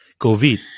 COVID